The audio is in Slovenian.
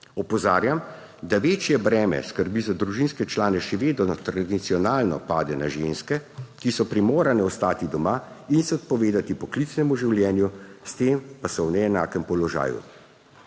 Opozarjam, da večje breme skrbi za družinske člane še vedno tradicionalno pade na ženske, ki so primorane ostati doma in se odpovedati poklicnemu življenju, s tem pa so v neenakem položaju.